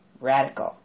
radical